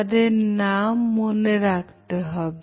তাদের নাম মনে রাখতে হবে